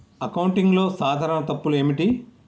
అకౌంటింగ్లో సాధారణ తప్పులు ఏమిటి?